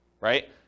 right